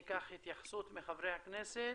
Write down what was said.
ניקח התייחסות מחברי הכנסת